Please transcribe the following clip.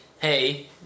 hey